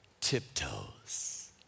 tiptoes